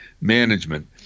management